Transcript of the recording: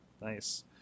nice